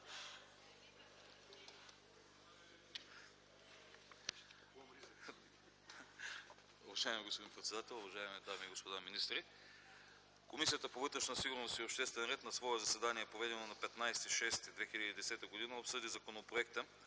Уважаеми господин председател, уважаеми дами и господа министри! „Комисията по вътрешна сигурност и обществен ред на свое заседание, проведено на 15.06.2010 г. обсъди Законопроекта